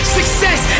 success